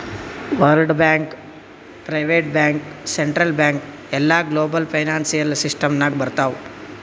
world bank, private bank, central bank ಎಲ್ಲಾ global financial system ನಾಗ್ ಬರ್ತಾವ್